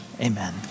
amen